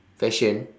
fashion